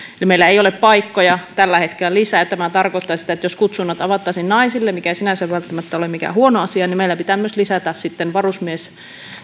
meillä ei ole paikkoja tällä hetkellä lisää ja tämä tarkoittaa sitä että jos kutsunnat avattaisiin naisille mikä ei sinänsä välttämättä ole mikään huono asia niin meillä pitää myös lisätä sitten